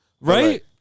Right